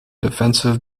defensive